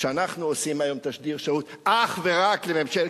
שאנחנו עושים היום תשדיר שירות אך ורק לממשלת,